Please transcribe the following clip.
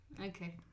Okay